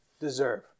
deserve